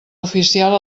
oficial